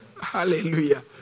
Hallelujah